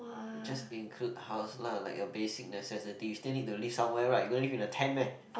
just include house lah like your basic necessity you still need to live somewhere right you gonna live in a tent meh